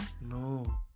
No